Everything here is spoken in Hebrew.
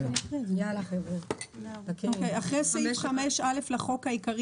"הוספת סעיפים 5א1 ו- 5א2 אחרי סעיף 5א לחוק העיקרי